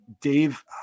Dave